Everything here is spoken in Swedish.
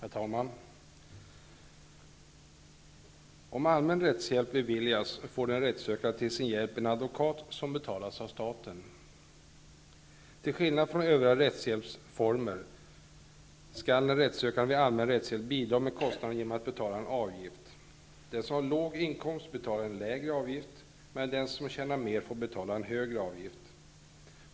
Herr talman! Om allmän rättshjälp beviljas, får den rättssökande till sin hjälp en advokat som betalas av staten. Till skillnad från övriga rättshjälpsformer skall den rättssökande vid allmän rättshjälp bidra med kostnaderna genom att betala en avgift. Den som har låg inkomst betalar en lägre avgift, medan den som tjänar mer får betala en högre avgift.